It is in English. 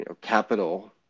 capital